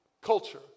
culture